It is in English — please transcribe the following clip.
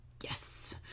Yes